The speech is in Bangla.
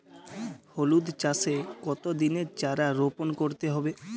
হলুদ চাষে কত দিনের চারা রোপন করতে হবে?